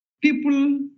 people